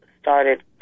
started